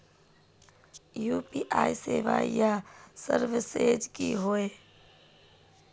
UPI सेवाएँ या services की होय?